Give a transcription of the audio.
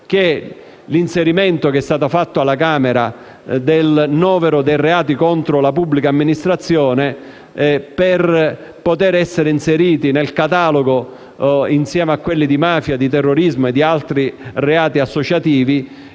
all'inserimento, fatto alla Camera, dei reati contro la pubblica amministrazione nel novero dei reati inseriti nel catalogo, insieme a quelli di mafia, di terrorismo e di altri reati associativi,